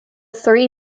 three